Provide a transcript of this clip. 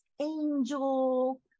Angel